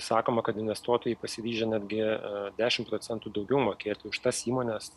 sakoma kad investuotojai pasiryžę netgi ir dešimt procentų daugiau mokėti už tas įmones